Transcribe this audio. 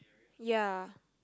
ya